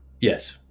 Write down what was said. Yes